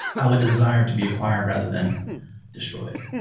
i would desire to be acquired rather than destroyed.